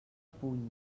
puny